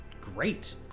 great